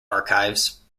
archives